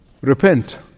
repent